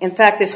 in fact this